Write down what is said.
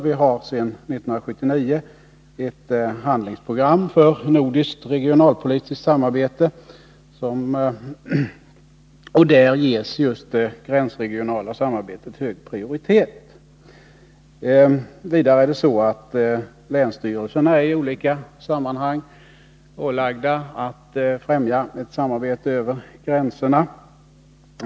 Vi har sedan 1979 ett handlingsprogram för nordiskt regionalpolitiskt samarbete, där just det gränsregionala samarbetet ges hög prioritet. Vidare är länsstyrelserna i olika sammanhang ålagda att främja ett samarbete över gränserna.